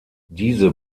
diese